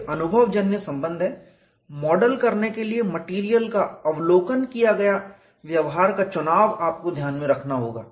वे अनुभवजन्य संबंध हैं मॉडल करने के लिए मटेरियल का अवलोकन किया गया व्यवहार का चुनाव आपको ध्यान में रखना होगा